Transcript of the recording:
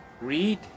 read